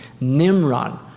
Nimrod